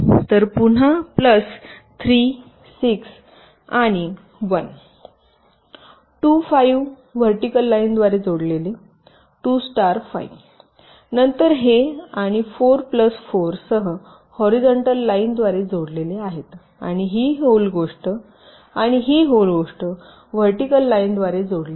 तर पुन्हा प्लस 3 6 आणि 1 2 5 व्हर्टिकल लाईनद्वारे जोडलेले 2 स्टार 5 नंतर हे आणि 4 प्लस 4 सह हॉरीझॉन्टल लाईनद्वारे जोडलेले आहेत आणि ही होल गोष्ट आणि ही होल गोष्ट व्हर्टिकल लाईनद्वारे जोडली आहे